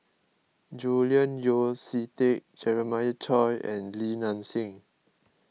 Julian Yeo See Teck Jeremiah Choy and Li Nanxing